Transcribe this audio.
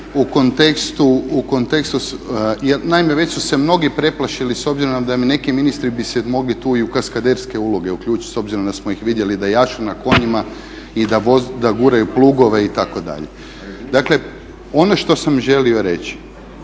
u kontekstu, naime već su se mnogi preplašili s obzirom da bi se neki ministri tu i u kaskaderske uloge uključiti s obzirom da smo ih vidjeli da jašu na konjima, i da guraju plugove itd. Dakle, ono što sam želio reći